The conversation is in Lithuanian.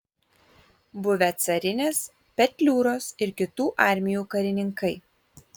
buvę carinės petliūros ir kitų armijų karininkai